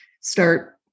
start